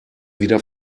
wieder